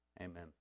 Amen